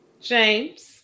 James